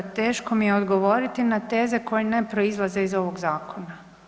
Teško mi je odgovoriti na teze koje ne proizlaze iz ovog zakona.